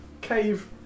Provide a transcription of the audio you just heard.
cave